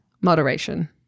Moderation